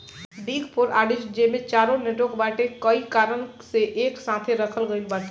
big four auditors जेमे चारो network बाटे कई कारण से एके साथे रखल गईल बाटे